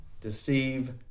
deceive